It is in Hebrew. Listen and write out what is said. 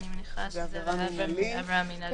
אני מניחה שזו עבירה מינהלית.